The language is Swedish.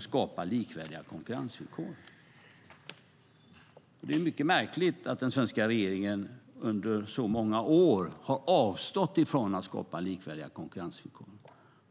skapar likvärdiga konkurrensvillkor. Det är mycket märkligt att den svenska regeringen under så många år har avstått från att skapa likvärdiga konkurrensvillkor.